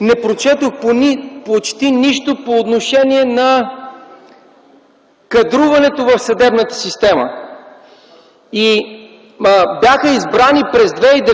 не прочетох почти нищо по отношение на кадруването в съдебната система. През 2009 г.